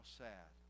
sad